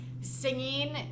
Singing